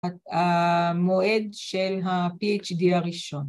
‫המועד של ה-PhD הראשון.